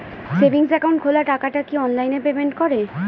Savings account খোলা টাকাটা কি অনলাইনে পেমেন্ট করে?